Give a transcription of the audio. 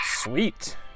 Sweet